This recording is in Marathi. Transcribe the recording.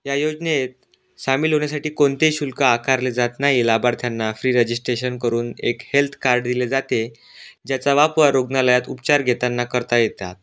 या योजनेत सामील होण्यासाठी कोणतेही शुल्क आकारले जात नाही लाबार्थ्यांना फ्री रजिस्ट्रेशन करून एक हेल्थ कार्ड दिले जाते ज्याचा वापर रुग्णालयात उपचार घेताना करता येतात